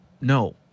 no